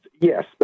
yes